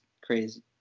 crazy